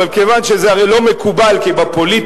אולי